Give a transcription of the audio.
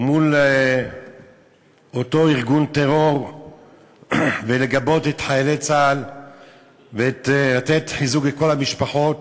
מול אותו ארגון טרור ולגבות את חיילי צה"ל ולתת חיזוק לכל המשפחות.